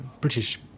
British